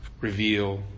reveal